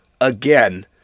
again